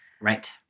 Right